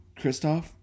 Kristoff